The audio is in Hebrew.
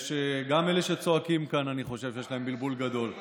גם אלה שצועקים כאן, אני חושב שיש להם בלבול גדול.